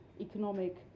economic